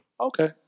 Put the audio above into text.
Okay